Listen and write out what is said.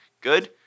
Good